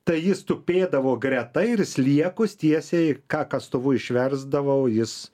tai jis tupėdavo greta ir sliekus tiesiai ką kastuvu išversdavau jis